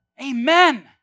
Amen